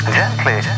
gently